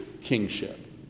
kingship